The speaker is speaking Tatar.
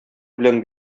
белән